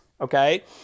okay